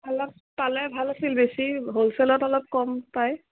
অলপ পালে ভাল আছিল বেছি হ'লছেলত অলপ কম পায়